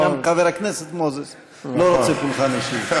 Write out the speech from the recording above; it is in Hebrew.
גם חבר הכנסת מוזס לא רוצה פולחן אישיות.